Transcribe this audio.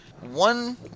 one